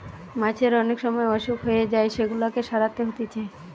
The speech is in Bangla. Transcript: মাছের অনেক সময় অসুখ হয়ে যায় সেগুলাকে সারাতে হতিছে